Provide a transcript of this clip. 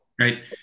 Right